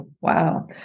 Wow